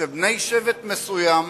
שבני שבט מסוים